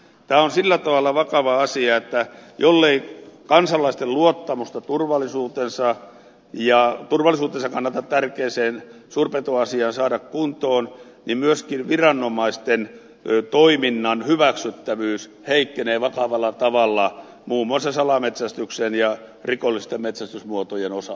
tämä on sillä tavalla vakava asia että jollei kansalaisten luottamusta heidän turvallisuutensa kannalta tärkeään suurpetoasiaan saada kuntoon niin myöskin viranomaisten toiminnan hyväksyttävyys heikkenee vakavalla tavalla muun muassa salametsästyksen ja rikollisten metsästysmuotojen osalta